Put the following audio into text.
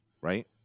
right